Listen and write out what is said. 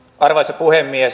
arvoisa puhemies